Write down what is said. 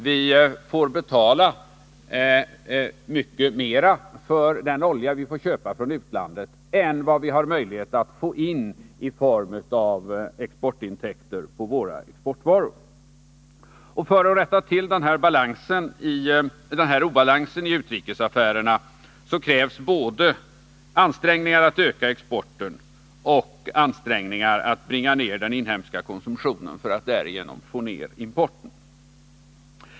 Vi får betala mycket mera för den olja vi köper från utlandet än vad vi har möjlighet att få in i form av exportintäkter på våra exportvaror. För att rätta till den här obalansen i utrikesaffärerna krävs både ansträngningar att öka exporten och ansträngningar att bringa ner den inhemska konsumtionen för att därigenom få ner importen.